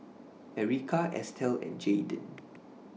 Erika Estel and Jaidyn